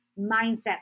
Mindset